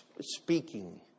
speaking